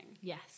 Yes